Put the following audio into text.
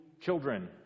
children